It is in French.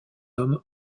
homme